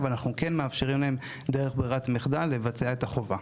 אבל אנחנו כן מאפשרים להם דרך ברירת מחדל לבצע את החובה.